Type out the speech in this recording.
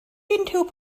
unrhyw